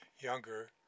younger